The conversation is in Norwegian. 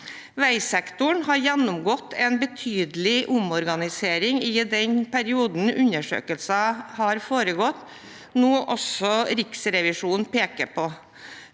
Veisektoren har gjennomgått en betydelig omorganisering i den perioden undersøkelsen har foregått, noe også Riksrevisjonen peker på,